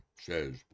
says